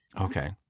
okay